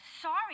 Sorry